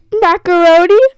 Macaroni